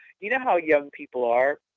you know how young people are,